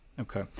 Okay